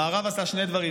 המערב עשה שני דברים,